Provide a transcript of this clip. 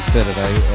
Saturday